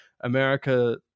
America